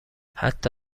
حتی